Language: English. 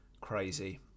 crazy